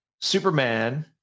Superman